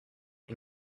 and